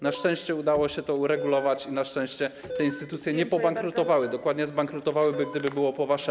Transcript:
Na szczęście udało się to uregulować, na szczęście te instytucje nie pobankrutowały, a zbankrutowałyby, gdyby było po waszemu.